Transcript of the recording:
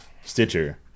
Stitcher